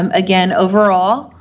um again, overall,